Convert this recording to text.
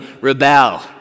rebel